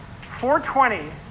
420